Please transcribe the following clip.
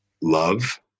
love